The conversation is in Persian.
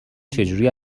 چجوری